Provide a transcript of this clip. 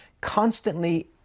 constantly